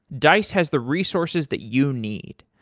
dice has the resources that you need.